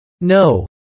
No